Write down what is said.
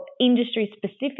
industry-specific